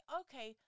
okay